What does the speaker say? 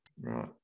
right